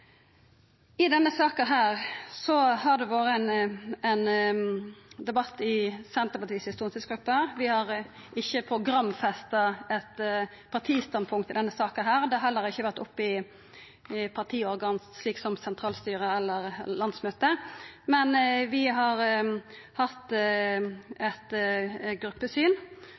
I denne saka har det vore ein debatt i Senterpartiets stortingsgruppe. Vi har ikkje programfesta eit partistandpunkt i denne saka. Det har heller ikkje vore oppe i partiorgan slik som sentralstyret eller landsmøtet, men vi har hatt eit